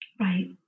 right